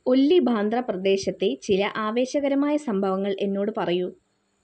ഒല്ലി ബാന്ദ്ര പ്രദേശത്തെ ചില ആവേശകരമായ സംഭവങ്ങൾ എന്നോട് പറയൂ